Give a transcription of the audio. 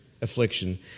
affliction